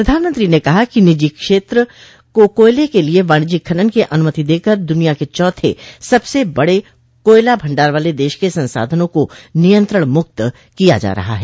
प्रधानमंत्री ने कहा कि निजी क्षेत्र को कोयले के लिए वाणिज्यिक खनन की अनुमति देकर दुनिया के चौथे सबसे बड़े कोयला भंडार वाले देश के संसाधनों को नियंत्रण मुक्त किया जा रहा है